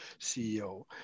CEO